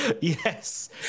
Yes